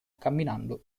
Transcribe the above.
camminando